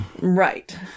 Right